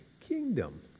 kingdom